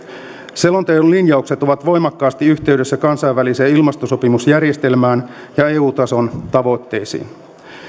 selonteon linjaukset ovat voimakkaasti yhteydessä kansainväliseen ilmastosopimusjärjestelmään ja eu tason tavoitteisiin